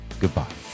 goodbye